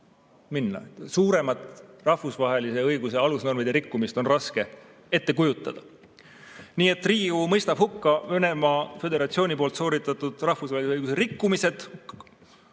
minna. Suuremat rahvusvahelise õiguse alusnormide rikkumist on raske ette kujutada. Nii et Riigikogu mõistab hukka Venemaa Föderatsiooni sooritatud rahvusvahelise õiguse rikkumised,